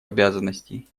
обязанностей